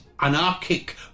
anarchic